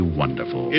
wonderful